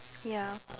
ya